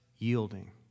Yielding